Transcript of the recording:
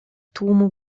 tłumu